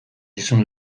dizun